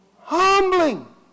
Humbling